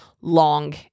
long